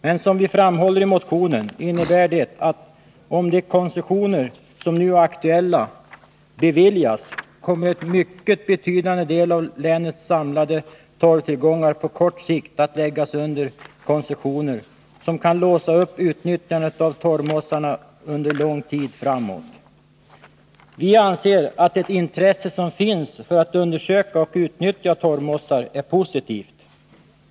Men om, som vi framhåller i motionen, de koncessioner som nu är aktuella beviljas, kommer en mycket betydande del av länets samlade torvtillgångar på kort sikt att läggas under koncessioner som kan låsa utnyttjandet av torvmossarna under lång tid framåt. Vi anser att det intresse som finns för att undersöka och utnyttja torvmossar är positivt.